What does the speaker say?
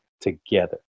together